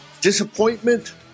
disappointment